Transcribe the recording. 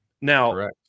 Now